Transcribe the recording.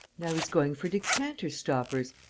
now he's going for decanter-stoppers!